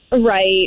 Right